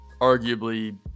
arguably